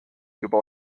juba